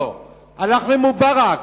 הלך למובארק,